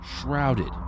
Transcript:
Shrouded